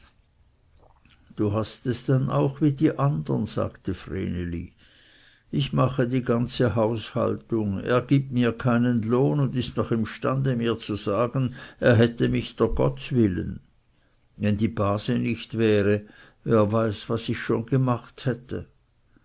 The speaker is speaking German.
du hast es dann auch wie die andern sagte vreneli ich mache die ganze haushaltung er gibt mir keinen lohn und ist noch imstande mir zu sagen er hätte mich dr gottswillen wenn die base nicht wäre wer weiß was ich schon gemacht hätte